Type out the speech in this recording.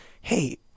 hey